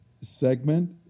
segment